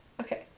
Okay